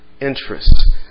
interest